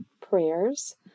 prayers